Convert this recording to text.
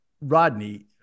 Rodney